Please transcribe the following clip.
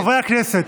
חברי הכנסת,